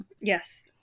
Yes